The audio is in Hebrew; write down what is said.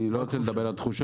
אני רוצה --- זה לא תחושה.